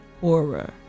horror